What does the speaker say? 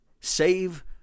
save